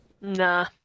nah